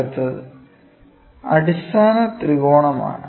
അടുത്തത് അടിസ്ഥാന ത്രികോണമാണ്